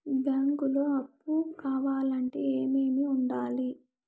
బ్యాంకులో అప్పు కావాలంటే ఏమేమి ఉండాలి?